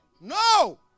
no